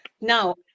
now